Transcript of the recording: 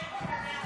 רד מפה, חצוף.